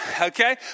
okay